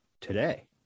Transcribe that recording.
today